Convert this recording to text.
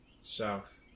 south